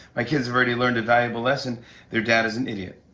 my kids have already learned a valuable lesson their dad is an idiot.